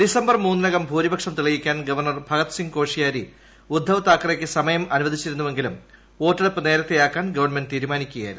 December മൂന്നിനകം ഭൂരിപക്ഷം തെളിയിക്കാൻ ഗവർണർ ഭഗത് സിങ് കോഷിയാരി ഉദ്ധവ് താക്കറെയ്ക്ക് സമയം അനുവദിച്ചിരുന്നുവെങ്കിലും വോട്ടെടുപ്പ് നേരത്തെയാക്കാൻ ഗവൺമെന്റ് തീരുമാനിക്കുകയായിരുന്നു